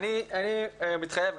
אני מתחייב,